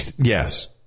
Yes